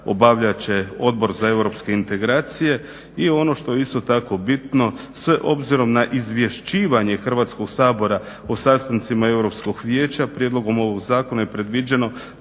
obavljat će Odbor za europske integracije. I ono što je isto tako bitno, sve obzirom na izvješćivanje Hrvatskog sabora o sastancima Europskog vijeća prijedlogom ovog zakona je predviđeno